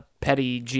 Petty